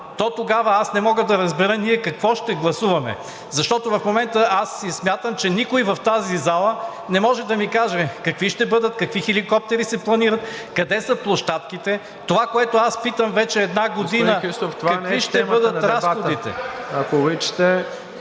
то тогава аз не мога да разбера ние какво ще гласуваме, защото в момента аз смятам, че никой в тази зала не може да ми каже какви ще бъдат, какви хеликоптери се планират, къде са площадките. Това, което аз питам вече една година, е…